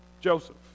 Joseph